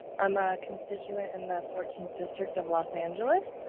i'm a constituent in the fourteenth district of los angeles.